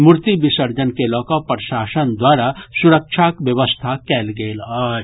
मूर्ति विसर्जन के लऽ कऽ प्रशासन द्वारा सुरक्षाक व्यवस्था कयल गेल अछि